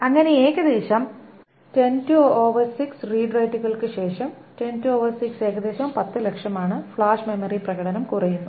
അങ്ങനെ ഏകദേശം 106 റീഡ് റൈറ്റുകൾക്ക് ശേഷം 106 ഏകദേശം 10 ലക്ഷമാണ് ഫ്ലാഷ് മെമ്മറി പ്രകടനം കുറയുന്നു